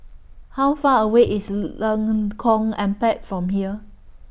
How Far away IS Lengkong Empat from here